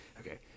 okay